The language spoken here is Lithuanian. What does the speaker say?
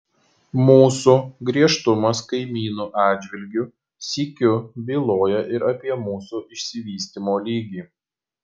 mūsų griežtumas kaimynų atžvilgiu sykiu byloja ir apie mūsų išsivystymo lygį